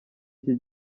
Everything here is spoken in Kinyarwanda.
iki